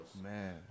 man